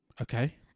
Okay